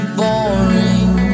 boring